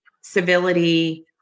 civility